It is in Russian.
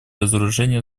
разоружения